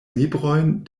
librojn